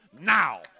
now